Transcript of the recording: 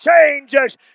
changes